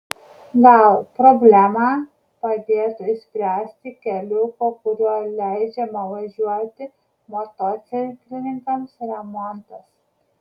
gal problemą padėtų išspręsti keliuko kuriuo leidžiama važiuoti motociklininkams remontas